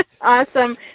Awesome